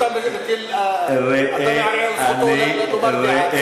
אתה מערער על זכותו לומר דעה.